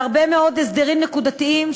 והרבה מאוד הסדרים נקודתיים,